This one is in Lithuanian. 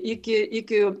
iki iki